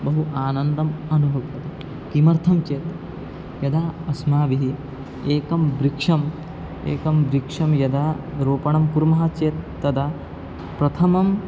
बहु आनन्दम् अनुभूतम् किमर्थं चेत् यदा अस्माभिः एकं वृक्षम् एकं वृक्षं यदा आरोपणं कुर्मः चेत् तदा प्रथमं